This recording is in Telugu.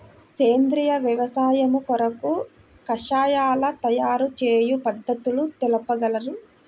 సేంద్రియ వ్యవసాయము కొరకు కషాయాల తయారు చేయు పద్ధతులు తెలుపగలరు?